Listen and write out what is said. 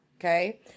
okay